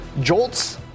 JOLTS